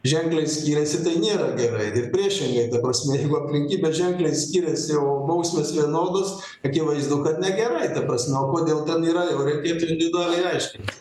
ženkliai skiriasi tai nėra gerai ir priešingai ta prasme jeigu aplinkybės ženkliai skiriasi o bausmės vienodos akivaizdu kad negerai ta prasme o kodėl taip yra jau reikėtų individualiai aiškintis